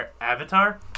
Avatar